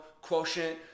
quotient